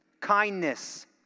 kindness